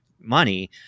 money